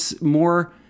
more